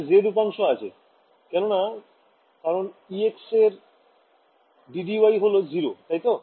এখানে z উপাংশ আছে কেননা কারণ Ex এর ddy হল 0 তাই তো